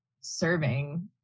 serving